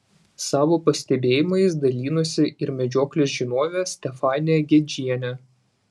savo pastebėjimais dalinosi ir medžioklės žinovė stefanija gedžienė